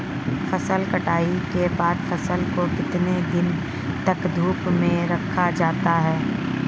फसल कटाई के बाद फ़सल को कितने दिन तक धूप में रखा जाता है?